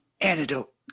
antidote